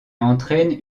entraîne